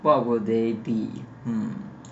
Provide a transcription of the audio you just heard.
what would they be hmm